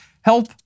Help